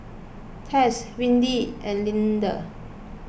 Tess Windy and Linda